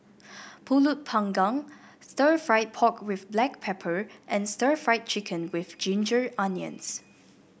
pulut panggang Stir Fried Pork with Black Pepper and Stir Fried Chicken with Ginger Onions